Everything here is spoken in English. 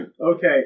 Okay